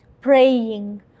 praying